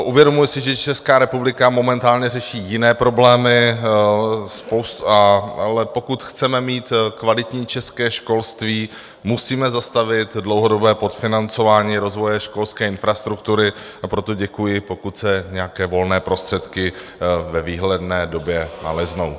Uvědomuji si, že Česká republika momentálně řeší jiné problémy, ale pokud chceme mít kvalitní české školství, musíme zastavit dlouhodobé podfinancování rozvoje školské infrastruktury, a proto děkuji, pokud se nějaké volné prostředky v dohledné době naleznou.